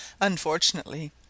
Unfortunately